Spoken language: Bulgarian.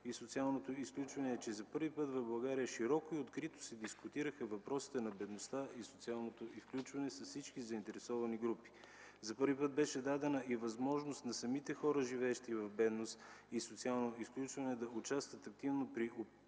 и социалното изключване е, че за първи път в България широко и открито се дискутираха въпросите на бедността и социалното изключване с всички заинтересовани групи. За първи път беше дадена възможност на самите хора, живеещи в бедност и социално изключване, да участват активно при определянето